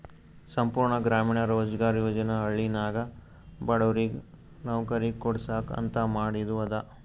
ಸಂಪೂರ್ಣ ಗ್ರಾಮೀಣ ರೋಜ್ಗಾರ್ ಯೋಜನಾ ಹಳ್ಳಿನಾಗ ಬಡುರಿಗ್ ನವ್ಕರಿ ಕೊಡ್ಸಾಕ್ ಅಂತ ಮಾದಿದು ಅದ